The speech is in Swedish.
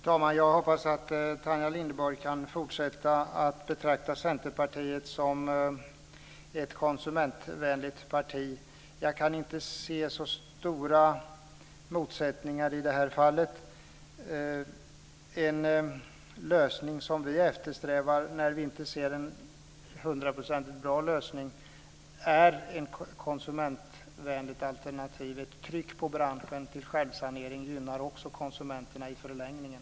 Fru talman! Jag hoppas att Tanja Linderborg kan fortsätta att betrakta Centerpartiet som ett konsumentvänligt parti. Jag kan inte se så stora motsättningar i det här fallet. Den lösning som vi eftersträvar, när vi inte sett en hundraprocentigt bra lösning i förslaget, är ett konsumentvänligt alternativ. Ett tryck på branschen till självsanering gynnar också konsumenterna i förlängningen.